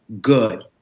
good